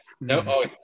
no